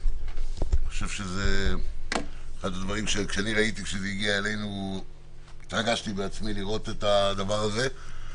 כשזה הגיע אלינו אני בעצמי התרגשתי לראות את הדבר הזה.